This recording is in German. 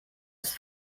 ist